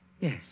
Yes